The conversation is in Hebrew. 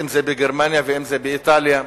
אם בגרמניה ואם באיטליה,